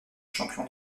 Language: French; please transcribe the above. champion